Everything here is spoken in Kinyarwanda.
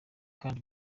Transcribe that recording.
kandi